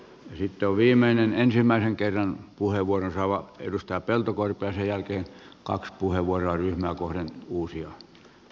sitten on viimeisenä ensimmäisen kerran puheenvuoron saavana edustaja peltokorpi ja sen jälkeen on kaksi puheenvuoroa ryhmää kohden uusia